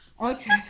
okay